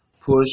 Push